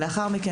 לאחר מכן